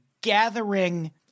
gathering